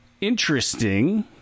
interesting